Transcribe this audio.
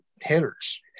hitters